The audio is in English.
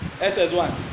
SS1